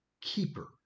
keeper